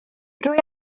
rwy